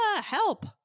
help